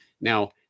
Now